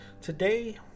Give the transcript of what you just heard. Today